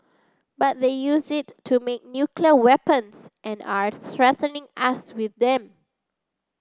but they use it to make nuclear weapons and are threatening us with them